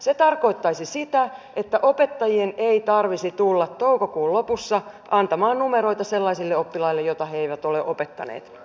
se tarkoittaisi sitä että opettajien ei tarvitsisi tulla toukokuun lopussa antamaan numeroita sellaisille oppilaille joita eivät ole opettaneet